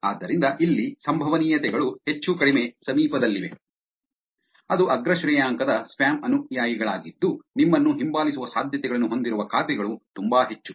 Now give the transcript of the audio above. ಆದ್ದರಿಂದ ಇಲ್ಲಿ ಸಂಭವನೀಯತೆಗಳು ಹೆಚ್ಚುಕಡಿಮೆ ಸಮೀಪದಲ್ಲಿವೆ ಅದು ಅಗ್ರ ಶ್ರೇಯಾಂಕದ ಸ್ಪ್ಯಾಮ್ ಅನುಯಾಯಿಗಳಾಗಿದ್ದು ನಿಮ್ಮನ್ನು ಹಿಂಬಾಲಿಸುವ ಸಾಧ್ಯತೆಗಳನ್ನು ಹೊಂದಿರುವ ಖಾತೆಗಳು ತುಂಬಾ ಹೆಚ್ಚು